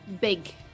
big